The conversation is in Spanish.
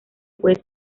juez